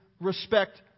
respect